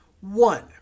One